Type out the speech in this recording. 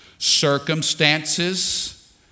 circumstances